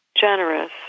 generous